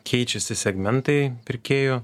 keičiasi segmentai pirkėjų